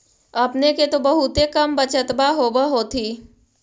अपने के तो बहुते कम बचतबा होब होथिं?